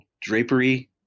drapery